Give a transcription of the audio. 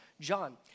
John